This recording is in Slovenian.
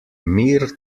mir